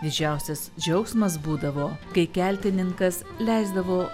didžiausias džiaugsmas būdavo kai keltininkas leisdavo